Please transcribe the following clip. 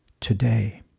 today